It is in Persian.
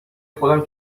خودم